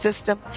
system